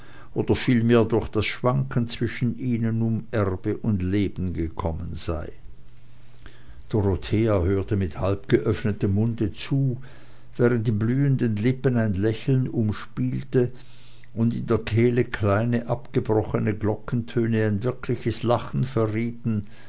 oder vielmehr durch das schwanken zwischen ihnen um erbe und leben gekommen sei dorothea hörte mit halbgeöffnetem munde zu während die blühenden lippen ein lächeln umspielte und in der kehle kleine abgebrochene glockentöne ein wirkliches lachen verrieten